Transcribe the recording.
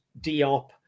Diop